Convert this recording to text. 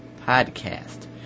podcast